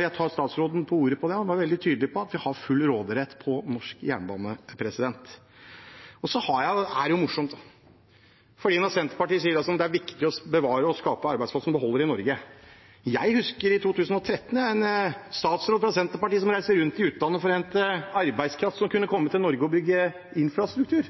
Jeg tar statsråden på ordet på det; han var veldig tydelig på at vi har full råderett over norsk jernbane. Det er morsomt når Senterpartiet sier at det er viktig å bevare og skape arbeidsplasser og beholde dem i Norge. Jeg husker at det i 2013 var en statsråd fra Senterpartiet som reiste rundt i utlandet for å hente arbeidskraft som kunne komme til Norge og bygge infrastruktur,